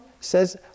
says